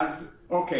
אז אוקיי.